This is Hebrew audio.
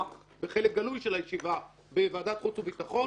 בחלק גלוי של הישיבה בוועדת חוץ וביטחון,